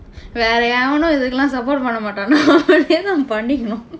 வேற எவனும் இதுக்கு எல்லாம்:veera evanum ithukku ellaam support பண்ண மாட்டான்:panna maatdaan